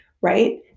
right